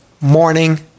morning